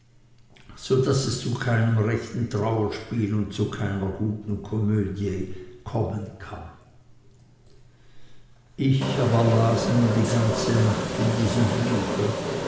so daß es zu keinem rechten trauerspiel und zu keiner guten komödie kommen kann ich aber las nun die ganze nacht in diesem buche